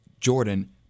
Jordan